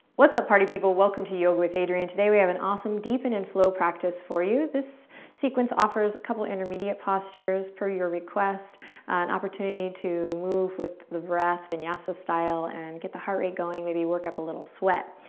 what's up, party people? welcome to yoga with adriene. today, we have an awesome deepen and flow practice for you. this sequence offers a couple intermediate postures, per your request, an opportunity to move with the breath, vinyasa style, and get the heart rate going, maybe work up a little sweat.